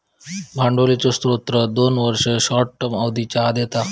भांडवलीचे स्त्रोत दोन वर्ष, शॉर्ट टर्म अवधीच्या आत येता